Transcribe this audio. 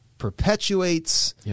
Perpetuates